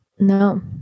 No